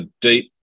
deep